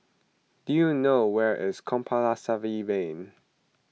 do you know where is Compassvale Lane